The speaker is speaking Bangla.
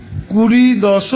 20902 ভোল্ট